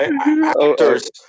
actors